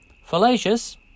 Fallacious